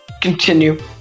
continue